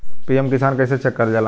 PM Kisan कइसे check करल जाला?